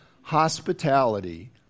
hospitality